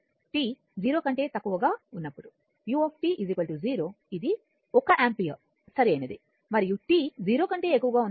t 0 కంటే తక్కువగా ఉన్నప్పుడు u 0 ఇది 1 యాంపియర్ సరైనది మరియు t 0 కంటే ఎక్కువగా ఉన్నప్పుడు u 1 అవుతుంది